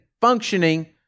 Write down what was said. functioning